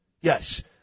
Yes